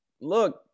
look